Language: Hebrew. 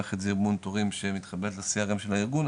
מערכת זימון תורים שמתחברת לשיח גם של הארגון,